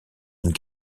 une